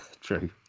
True